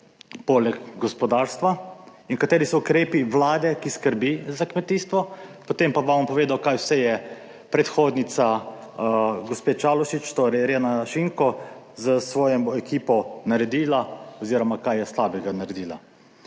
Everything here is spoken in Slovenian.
poleg gospodarstva, in kateri so ukrepi Vlade, ki skrbi za kmetijstvo, potem pa vam bom povedal, kaj vse je predhodnica gospe Čalušić, torej Irena Šinko s svojo ekipo naredila oziroma kaj je slabega naredila.